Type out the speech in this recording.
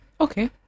Okay